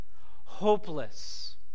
Hopeless